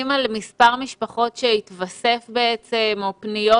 מספר משפחות שהתווספו או פניות